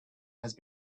had